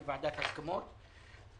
לוועדת ההסכמות.